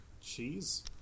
Cheese